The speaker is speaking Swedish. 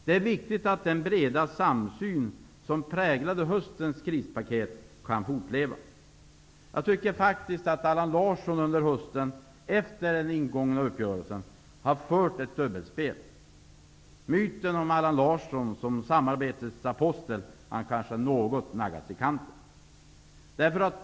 Det är viktigt att den breda samsyn som präglade höstens krispaket kan fortleva. Jag tycker att Allan Larsson under hösten, efter den ingångna uppgörelsen, har fört ett dubbelspel. Myten om Allan Larsson som samarbetets apostel har kanske något naggats i kanten.